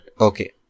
okay